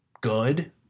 good